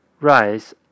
rice